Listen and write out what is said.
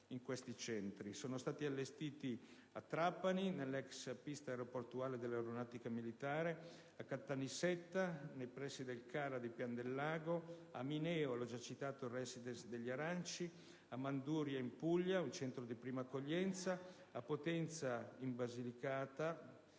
Sono stati allestiti a Trapani nell'ex pista aeroportuale dell'Aeronautica militare, a Caltanissetta nei pressi del CARA di Pian del Lago, a Mineo nel già citato Residence degli aranci, a Manduria in Puglia (un centro di prima accoglienza), a Potenza in località